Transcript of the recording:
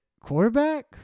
quarterback